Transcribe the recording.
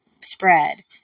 spread